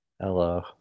Hello